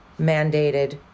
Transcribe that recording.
mandated